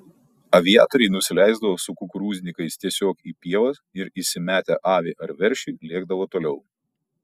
aviatoriai nusileisdavo su kukurūznikais tiesiog į pievas ir įsimetę avį ar veršį lėkdavo toliau